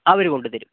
അവർ കൊണ്ടുതരും